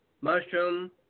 mushroom